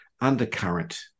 undercurrent